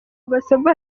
amasomo